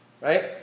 right